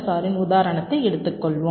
ஆரின் உதாரணத்தை எடுத்துக் கொள்வோம்